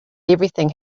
everything